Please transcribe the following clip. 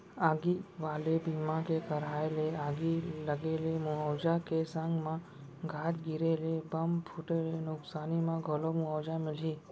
आगी वाले बीमा के कराय ले आगी लगे ले मुवाजा के संग म गाज गिरे ले, बम फूटे ले नुकसानी म घलौ मुवाजा मिलही